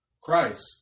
Christ